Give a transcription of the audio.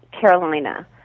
Carolina